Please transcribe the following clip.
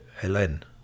Helene